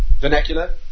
vernacular